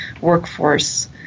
workforce